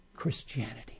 Christianity